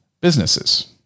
businesses